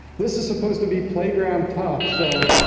this is supposed to be playground-tough so,